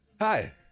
Hi